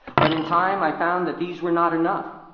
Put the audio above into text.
but in time i found that these were not enough.